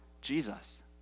Jesus